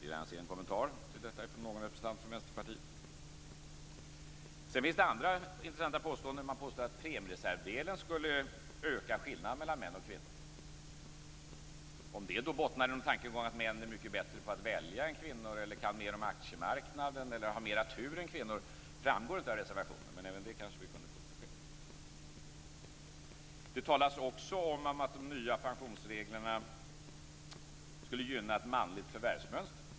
Jag ser fram mot en kommentar till detta från någon representant från Ett andra intressant påstående är att premiereservdelen skulle öka skillnaden mellan män och kvinnor. Om det bottnar i en tankegång att män är mycket bättre på att välja än kvinnor, kan mer om aktiemarknaden eller har mera tur än kvinnor framgår inte av reservationen, men vi kunde kanske få ett besked även om det. Det talas också om att de nya pensionsreglerna skulle gynna ett manligt förvärvsmönster.